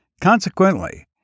Consequently